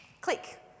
click